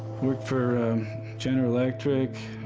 worked for general electric,